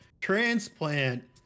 transplant